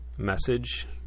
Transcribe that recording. Message